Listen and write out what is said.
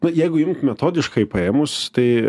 na jeigu imt metodiškai paėmus tai